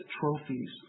trophies